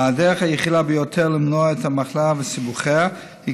הדרך היחידה למנוע את המחלה וסיבוכיה היא